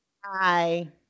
Hi